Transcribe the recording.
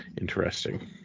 interesting